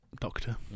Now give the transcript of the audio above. Doctor